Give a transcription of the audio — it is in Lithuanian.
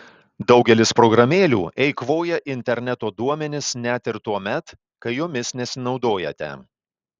daugelis programėlių eikvoja interneto duomenis net ir tuomet kai jomis nesinaudojate